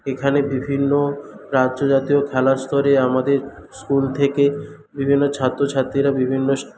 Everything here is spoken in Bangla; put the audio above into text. এখানে বিভিন্ন রাজ্য জাতীয় খেলার স্তরে আমাদের স্কুল থেকে বিভিন্ন ছাত্রছাত্রীরা বিভিন্ন